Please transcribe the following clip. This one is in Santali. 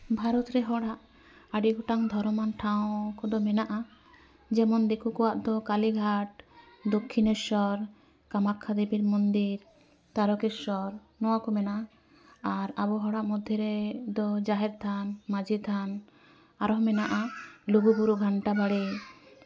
ᱵᱷᱟᱨᱚᱛ ᱨᱮ ᱦᱚᱲᱟᱜ ᱟᱹᱰᱤ ᱜᱚᱴᱟᱝ ᱫᱷᱚᱨᱚᱢᱟᱱ ᱴᱷᱟᱶ ᱠᱚᱫᱚ ᱢᱮᱱᱟᱜᱼᱟ ᱡᱮᱢᱚᱱ ᱫᱤᱠᱩ ᱠᱚᱣᱟᱜ ᱫᱚ ᱠᱟᱹᱞᱤᱜᱷᱟᱴ ᱫᱚᱠᱠᱷᱤᱱᱮᱥᱥᱚᱨ ᱠᱟᱢᱟᱠᱠᱷᱟ ᱫᱮᱵᱤᱨ ᱢᱚᱱᱫᱤᱨ ᱛᱟᱨᱠᱮᱥᱥᱚᱨ ᱱᱚᱣᱟ ᱠᱚ ᱢᱮᱱᱟᱜᱼᱟ ᱟᱨ ᱟᱵᱚ ᱦᱚᱲᱟᱜ ᱢᱚᱫᱽᱫᱷᱮᱨᱮ ᱫᱚ ᱡᱟᱦᱮᱨ ᱛᱷᱟᱱ ᱢᱟᱹᱡᱷᱤ ᱛᱷᱟᱱ ᱟᱨᱚ ᱢᱮᱱᱟᱜᱼᱟ ᱞᱩᱜᱩᱼᱵᱩᱨᱩ ᱜᱷᱟᱱᱴᱟ ᱵᱟᱲᱮ